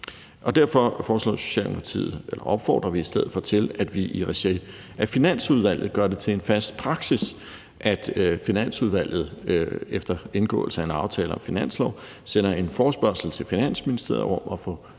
stedet for til, at vi i regi af Finansudvalget gør det til en fast praksis, at Finansudvalget efter indgåelse af en aftale om en finanslov sender en forespørgsel til Finansministeriet om at få sådan